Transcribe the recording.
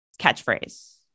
catchphrase